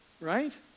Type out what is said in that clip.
right